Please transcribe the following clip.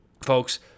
Folks